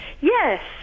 Yes